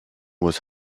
was